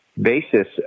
basis